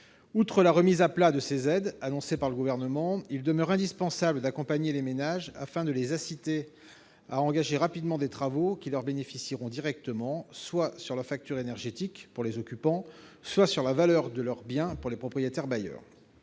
Outre la remise à plat de ces aides, annoncée par le Gouvernement, il demeure indispensable d'accompagner les ménages, afin de les inciter à engager rapidement des travaux qui leur bénéficieront directement, soit sur leur facture énergétique, pour les occupants, soit sur la valeur de leur bien, pour les propriétaires bailleurs.